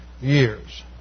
years